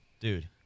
Dude